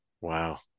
Wow